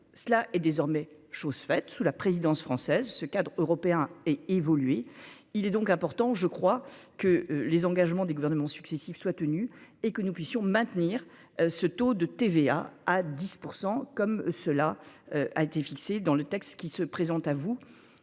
cela est désormais chose faite, sous la présidence française ce cadre européen et évoluer. Il est donc important. Je crois que les engagements des gouvernements successifs soient tenus et que nous puissions maintenir ce taux de TVA à 10% comme cela a été fixé dans le texte qui se présentent à vous,